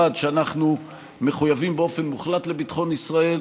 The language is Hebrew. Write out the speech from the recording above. אחד, שאנחנו מחויבים באופן מוחלט לביטחון ישראל,